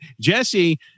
Jesse